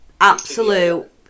Absolute